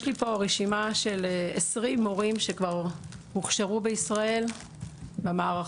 יש לי פה רשימה של 20 מורים שכבר הוכשרו בישראל במערכות,